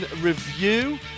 review